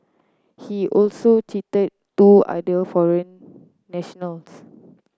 he also cheated two other foreign nationals